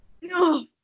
No